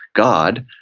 god,